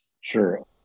Sure